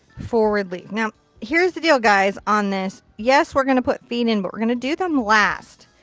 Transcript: forward leaf. now here's the deal guys on this. yes we're going to put feet in, but we're going to do them last.